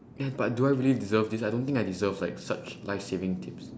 but do I really deserve this I don't think I deserve like such life changing tips